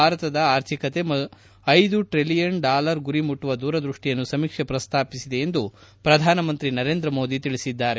ಭಾರತದ ಆರ್ಥಿಕತೆ ಐದು ಟ್ರಿಲಿಯನ್ ಡಾಲರ್ ಗುರಿ ಮುಟ್ಟುವ ದೂರದೃಷ್ಟಿಯನ್ನು ಸಮೀಕ್ಷೆ ಪ್ರಸ್ತಾಪಿಸಿದೆ ಎಂದು ಪ್ರಧಾನಮಂತ್ರಿ ನರೇಂದ್ರ ಮೋದಿ ಹೇಳಿದ್ದಾರೆ